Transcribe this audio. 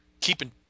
keeping